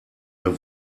der